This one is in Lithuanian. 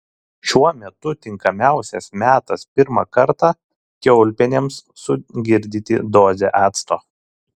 šiuo metu tinkamiausias metas pirmą kartą kiaulpienėms sugirdyti dozę acto